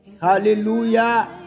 Hallelujah